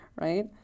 right